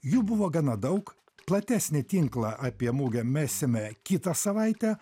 jų buvo gana daug platesnį tinklą apie mugę mesime kitą savaitę